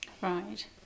Right